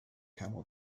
camel